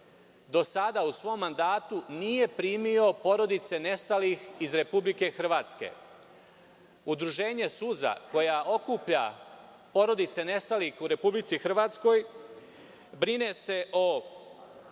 do sada u svom mandatu nije primio porodice nestalih iz Republike Hrvatske. Udruženje „Suza“, koje okuplja porodice nestalih u Republici Hrvatskoj, brine se o